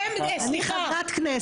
אני חברת כנסת.